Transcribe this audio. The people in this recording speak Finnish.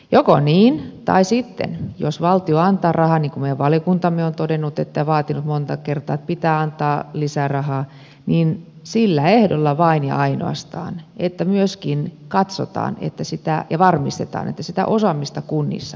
joko niin tai sitten jos valtio antaa rahaa niin kuin meidän valiokuntamme on vaatinut monta kertaa että pitää antaa lisää rahaa niin sillä ehdolla vain ja ainoastaan että myöskin katsotaan ja varmistetaan että sitä osaamista kunnissa on